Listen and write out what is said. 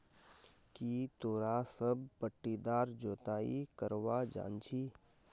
की तोरा सब पट्टीदार जोताई करवा जानछी